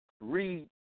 read